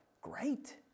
Great